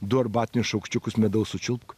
du arbatinius šaukštukus medaus sučiulpk